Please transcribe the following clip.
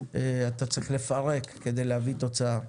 אתה צריך לפרק כדי להביא תוצאה.